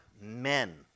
men